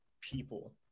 people